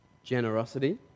Generosity